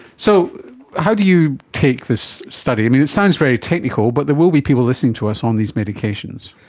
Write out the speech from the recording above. so how do you take this study? and it it sounds very technical but there will be people listening to us on these medications.